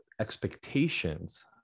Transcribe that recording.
expectations